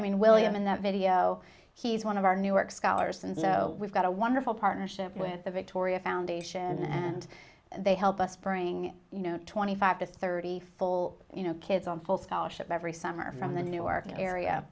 i mean william in that video he's one of our new york scholars and so we've got a wonderful partnership with the victoria foundation and they help us bring you know twenty five to thirty full you know kids on full scholarship every summer from the new york area